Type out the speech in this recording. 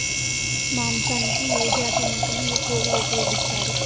మాంసానికి ఏ జాతి మేకను ఎక్కువగా ఉపయోగిస్తారు?